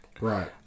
Right